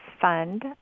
Fund